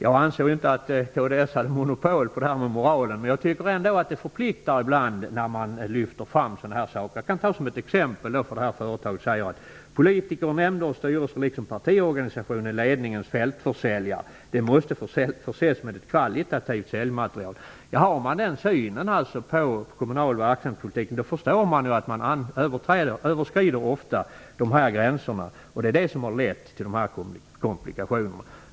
Jag anser inte att kds har monopol på moralen. Jag tycker ändå att det förpliktar ibland när man lyfter fram sådana här saker. Som exempel kan jag nämna att enligt detta företag måste politiker, nämnder, styrelser och partiorgansiationer förses med ett kvalitativt säljmaterial. Om man har den synen på kommunal verksamhet, är det lätt att förstå att man ofta överskrider gränserna, vilket är det som har lett till dessa komplikationer.